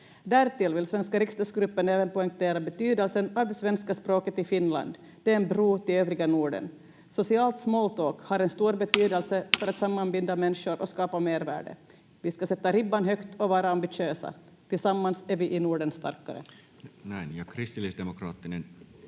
Därtill vill svenska riksdagsgruppen även poängtera betydelsen av det svenska språket i Finland. Det är en bro till övriga Norden. Socialt small talk har en stor betydelse för att sammanbinda människor och skapa mervärde. Vi ska sätta ribban högt och vara ambitiösa. Tillsammans är vi i Norden starkare. [Speech 120] Speaker: Toinen